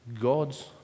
God's